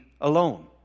alone